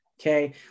okay